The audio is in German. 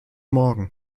morgen